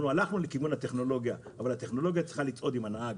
הלכנו לכיוון הטכנולוגיה אבל הטכנולוגיה צריכה לצעוד עם הנהג.